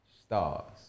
Stars